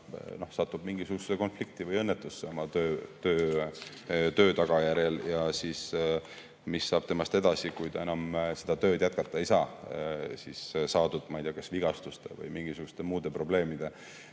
sattub mingisugusesse konflikti või õnnetusse oma töö tagajärjel, siis mis saab temast edasi, kui ta enam seda tööd jätkata ei saa, ma ei tea, kas vigastuste või mingisuguste muude probleemide